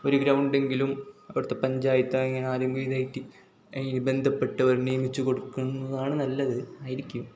ഒരു ഗ്രൗണ്ടെങ്കിലും അവിടുത്തെ പഞ്ചായത്ത് ആരെങ്കിലും അങ്ങനെ ഇതായിട്ട് ബന്ധപ്പെട്ടവർ നിയമിച്ചു കൊടുക്കുന്നതാണ് നല്ലത് ആയിരിക്കും